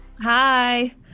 Hi